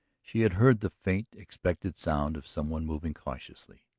she had heard the faint, expected sound of some one moving cautiously.